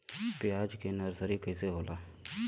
प्याज के नर्सरी कइसे होला?